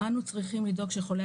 אנו צריכים לדאוג שחולי